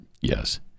Yes